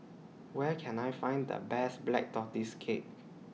Where Can I Find The Best Black Tortoise Cake